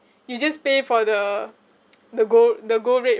you just pay for the the gold the gold rate